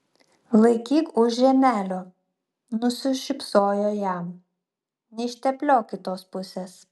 laikyk už rėmelio nusišypsojo jam neištepliok kitos pusės